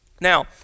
Now